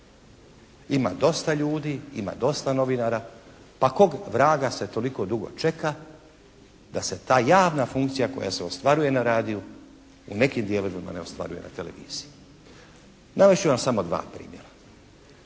ima dosta ljudi, ima dosta novinara. Pa kog vraga se toliko dugo čeka da se ta javna funkcija koja se ostvaruje na radiju, u nekim dijelovima ne ostvaruje na televiziji. Navest ću vam samo dva primjera.